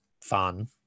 fun